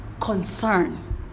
concern